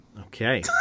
okay